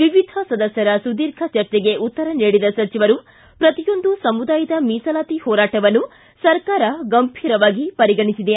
ವಿವಿಧ ಸದಸ್ಯರ ಸುದೀರ್ಘ ಚರ್ಚೆಗೆ ಉತ್ತರ ನೀಡಿದ ಸಚಿವರು ಪ್ರತಿಯೊಂದು ಸಮುದಾಯದ ಮೀಸಲಾತಿ ಹೋರಾಟವನ್ನು ಸರ್ಕಾರ ಗಂಭೀರವಾಗಿ ಪರಿಗಣಿಸಿದೆ